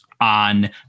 on